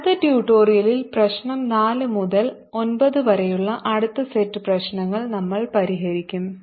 അടുത്ത ട്യൂട്ടോറിയലിൽ പ്രശ്നo 4 മുതൽ 9 വരെയുള്ള അടുത്ത സെറ്റ് പ്രശ്നങ്ങൾ നമ്മൾ പരിഹരിക്കും